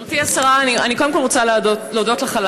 גברתי השרה, אני קודם כול רוצה להודות לך.